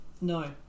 No